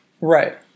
Right